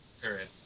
period